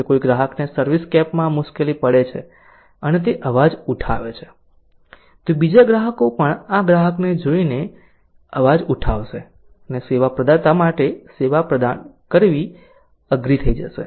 જો કોઈ ગ્રાહક ને સર્વિસસ્કેપમાં મુશ્કેલીપડે છે અને તે અવાજ ઉઠાવે છે તો બીજા ગ્રાહકો પણ આ ગ્રાહક ને જોઈ ને અવાજ ઉઠાવશે અને સેવા પ્રદાતા માટે સેવા પ્રદાન કરાવી અઘરી થાય જશે